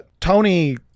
tony